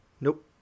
Nope